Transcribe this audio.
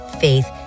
faith